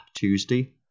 Tuesday